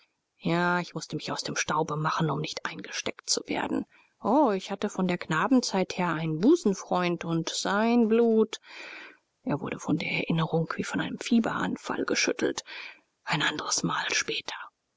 ja ich mußte mich aus dem staube machen um nicht eingesteckt zu werden o ich hatte von der knabenzeit her einen busenfreund und sein blut er wurde von der erinnerung wie von einem fieberanfall geschüttelt ein andres mal später